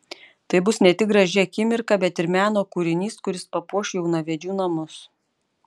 tai bus ne tik graži akimirka bet ir meno kūrinys kuris papuoš jaunavedžių namus